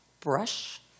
brush